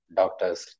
doctors